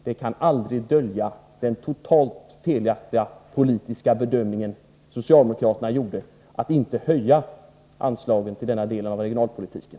Det kan aldrig dölja den totalt felaktiga politiska bedömning som socialdemokraterna gjorde när de inte höjde anslagen till denna del av regionalpolitiken.